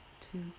two